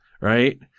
Right